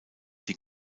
die